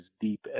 deep